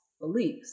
beliefs